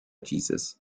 jesus